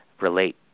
relate